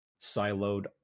siloed